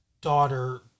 daughter –